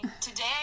today